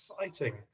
exciting